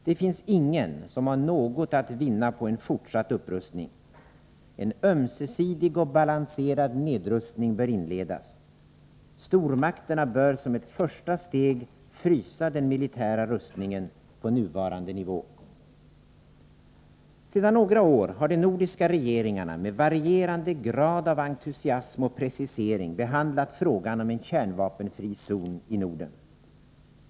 Det finns ingen som har något att vinna på en fortsatt upprustning. En ömsesidig och balanserad nedrustning bör inledas. Stormakterna bör som ett första steg frysa den militära rustningen på nuvarande nivå. Sedan några år har de nordiska regeringarna med varierande grad av entusiasm och precisering behandlat frågan om en kärnvapenfri zon i Norden.